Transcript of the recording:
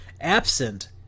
absent